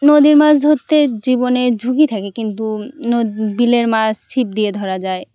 নদীর মাছ ধরতে জীবনে ঝুঁকি থাকে কিন্তু বিলের মাছ ছিপ দিয়ে ধরা যায়